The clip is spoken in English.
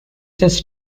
this